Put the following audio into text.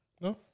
No